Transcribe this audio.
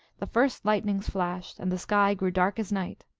the first lightnings flashed, and the sky grew dark as night.